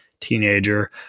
teenager